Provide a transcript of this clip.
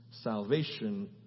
salvation